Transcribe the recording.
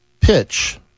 pitch